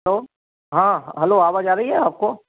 hello हाँ hello आवाज़ आ रही है आपको